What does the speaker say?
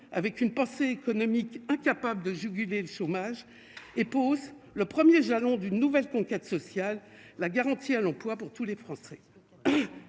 avec une pensée économique incapable de juguler le chômage et pose le 1er jalon d'une nouvelle conquête sociale la garantie à l'emploi pour tous les Français,